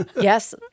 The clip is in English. Yes